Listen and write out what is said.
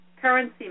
currency